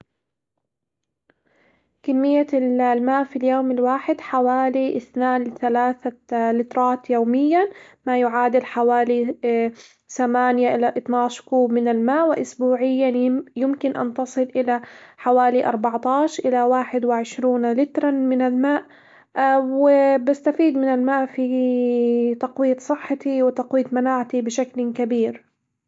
كمية ال- الماء في اليوم الواحد حوالي اثنان لثلاثة لترات يوميًا، ما يعادل حوالي ثمانية إلى اتناش كوب من الماء، وأسبوعيًا يمكن أن تصل إلى حوالي أربعتاش إلى واحد وعشرون لترًا من الماء وبستفيد من الماء في تقوية صحتي وتقوية مناعتي بشكل كبير.